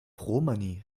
romani